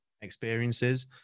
experiences